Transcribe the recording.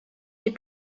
les